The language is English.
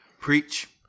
Preach